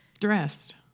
Dressed